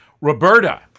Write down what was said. Roberta